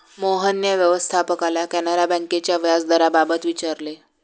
मोहनने व्यवस्थापकाला कॅनरा बँकेच्या व्याजदराबाबत विचारले